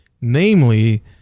namely